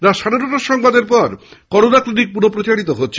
রাত সাড়ে নটার খবরের পর করোনা ক্লিনিক পুনঃসম্প্রচারিত হচ্ছে